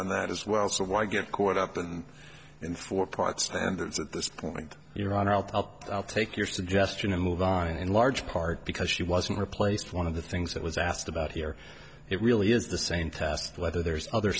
on that as well so why get caught up in in four parts standards at this point your honor i'll take your suggestion and move on in large part because she wasn't replaced one of the things that was asked about here it really is the same test whether there's other